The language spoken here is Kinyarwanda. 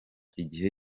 igihe